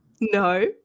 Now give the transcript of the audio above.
No